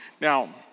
Now